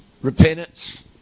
repentance